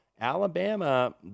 Alabama